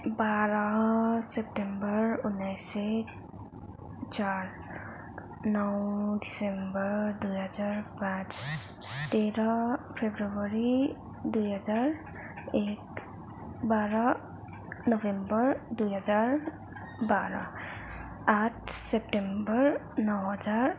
बाह्र सेप्टेम्बर उन्नाइस सय चार नौ दिसम्बर दुई हजार पाँच तेह्र फेब्रुअरी दुई हजार एक बाह्र नोभेम्बर दुई हजार बाह्र आठ सेप्टेम्बर नौ हजार